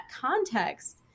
context